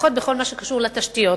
לפחות בכל מה שקשור לתשתיות.